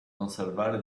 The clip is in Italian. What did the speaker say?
conservare